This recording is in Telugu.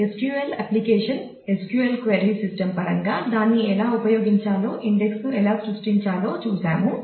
SQL application SQL query system పరంగా దాన్ని ఎలా ఉపయోగించాలో ఇండెక్స్ ను ఎలా సృష్టించాలో చూశాము